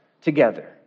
together